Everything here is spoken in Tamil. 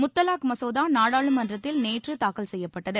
முத்தலாக் மசோதா நாடாளுமன்றத்தில் நேற்று தாக்கல் செய்யப்பட்டது